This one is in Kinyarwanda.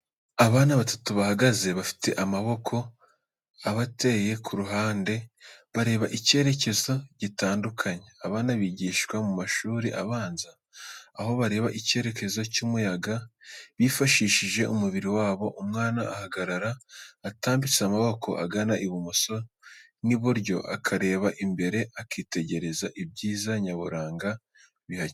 Abana batatu bahagaze, bafite amaboko abateye ku ruhande, bareba icyerekezo gitandukanye. Abana bigishwa mu mashuri abanza, aho bareba icyerekezo cy'umuyaga bifashishije umubiri wabo. Umwana ahagarara atambitse amaboko agana ibumoso n'iburyo akareba imbere. Akitegereza ibyiza nyaburanga bihakikije.